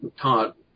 taught